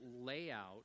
layout